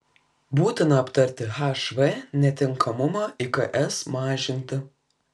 būtina aptarti hv netinkamumą iks mažinti